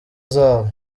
zabo